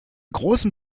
großen